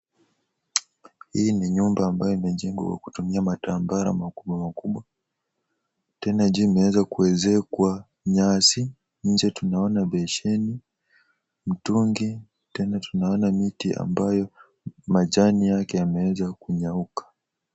Hii ni nyumba ambayo imejengwa kutumia matambara makubwa makubwa. Tena Juu imeweza kuezeka kwa nyasi nje tunaona besheni, mtungi tena tunaona miti ambayo majani yake yameweza kunyauka.